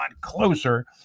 closer